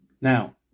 Now